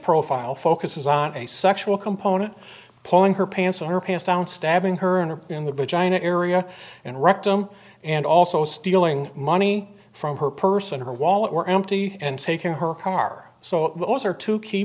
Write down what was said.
profile focuses on a sexual component pulling her pants or her pants down stabbing her in her in the vagina area and rectum and also stealing money from her purse and her wallet were empty and taking her car so those are two key